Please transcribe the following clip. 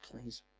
Please